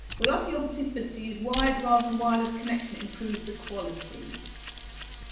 will asking your participants to use wired rather than wireless connection improve the quality?